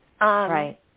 Right